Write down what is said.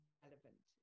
relevant